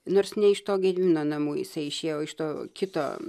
nors ne iš to gedimino namų jisai išėjo iš to kito